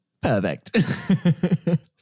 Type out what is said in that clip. Perfect